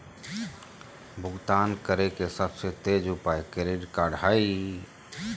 भुगतान करे के सबसे तेज उपाय क्रेडिट कार्ड हइ